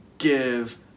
give